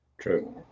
True